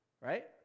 right